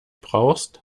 brauchst